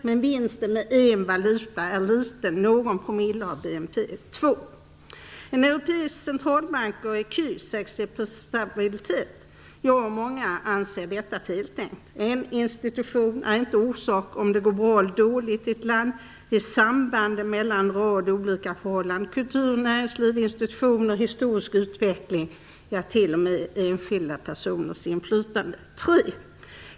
Men vinsten med en valuta är liten, någon promille av BNP. 2. En europeisk centralbank och ecu sägs ge prisstabilitet. Jag och många andra anser att detta är feltänkt. En institution är inte orsak till att det går bra eller dåligt i ett land. Det är sambandet mellan en rad olika förhållanden - kultur, näringsliv, institutioner, historisk utveckling, ja t.o.m. enskilda personers inflytande. 3.